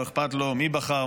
לא איכפת לו מי בחר,